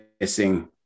missing